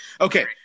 Okay